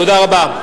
תודה רבה.